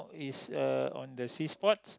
is a on the sea sport